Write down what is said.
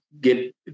get